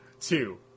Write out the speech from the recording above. two